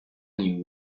new